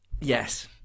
Yes